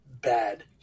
bad